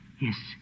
Yes